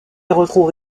retrouve